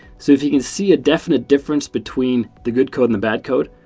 so if you can see a definite difference between the good code and the bad code,